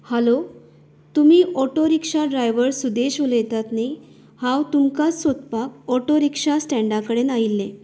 हालो तुमी auto rickshaw driver Sudesh उलयतात न्ही हांव तुमकां सोदपाक ऑटो रिक्शा स्णेंडा कडेन आयिल्ले